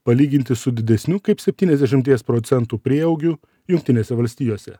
palyginti su didesniu kaip septyniasdešimties procentų prieaugiu jungtinėse valstijose